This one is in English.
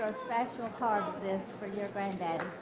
special part of this for your granddaddy.